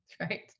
Right